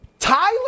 Tyler